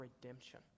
redemption